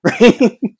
right